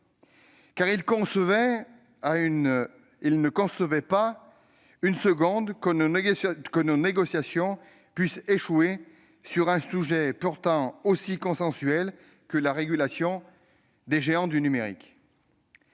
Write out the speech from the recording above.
car ils ne concevaient pas une seconde que nos négociations puissent échouer sur un sujet aussi consensuel que la régulation des géants du numérique.